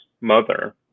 mother